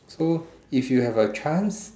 so if you have a chance